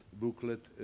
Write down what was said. booklet